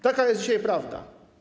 Taka jest dzisiaj prawda.